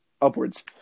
upwards